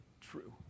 true